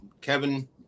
Kevin